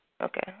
Okay